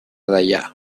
deià